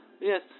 Yes